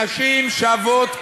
מפני שנשים שוות פחות.